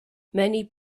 many